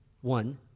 one